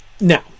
Now